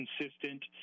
consistent